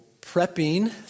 prepping